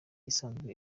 isanzwe